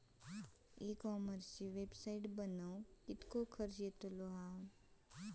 E कॉमर्सची website बनवक किततो खर्च येतलो?